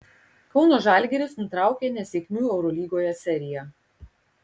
kauno žalgiris nutraukė nesėkmių eurolygoje seriją